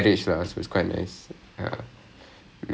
okay okay so it's quite interesting ah okay